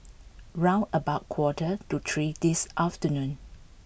round about quarter to three this afternoon